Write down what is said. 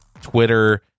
Twitter